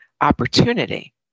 opportunity